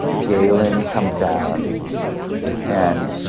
galen comes down and